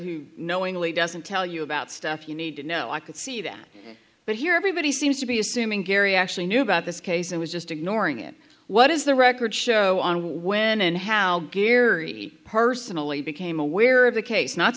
who knowingly doesn't tell you about stuff you need to know i can see that but here everybody seems to be assuming gary actually knew about this case and was just ignoring it what is the record show on when and how gear he personally became aware of the case not